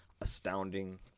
astounding